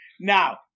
Now